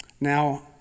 Now